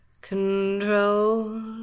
control